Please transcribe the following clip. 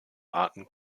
arten